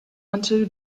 until